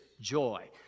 joy